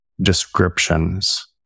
descriptions